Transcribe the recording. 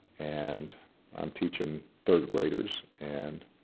and i'm teaching third graders, and